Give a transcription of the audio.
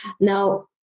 Now